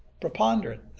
preponderant